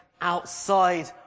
outside